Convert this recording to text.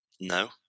No